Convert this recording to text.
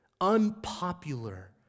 unpopular